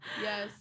Yes